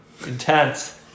intense